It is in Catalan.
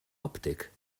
òptic